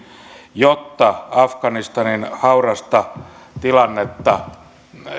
jotta afganistanin haurasta tilannetta